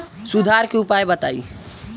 सुधार के उपाय बताई?